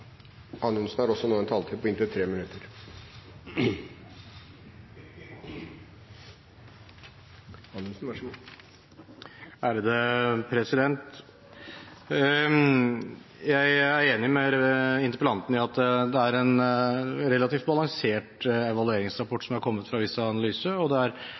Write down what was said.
Anundsen nevnte. Statsministeren sa at man ville ha et pragmatisk forhold til loven. Jeg håper det også vil være justisministerens forhold til dette. Jeg er enig med interpellanten i at det er en relativt balansert evalueringsrapport som er kommet fra Vista Analyse, og